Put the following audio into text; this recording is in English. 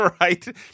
Right